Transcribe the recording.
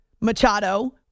Machado